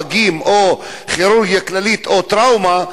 פגים או כירורגיה כללית או טראומה,